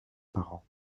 parents